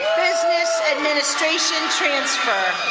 business administration transfer.